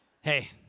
Hey